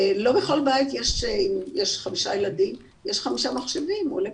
לא בכל בית שיש חמישה ילדים יש חמישה מחשבים או לאפטופים.